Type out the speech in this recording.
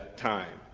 time.